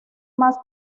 más